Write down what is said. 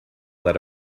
let